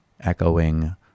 echoing